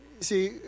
see